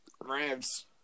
Rams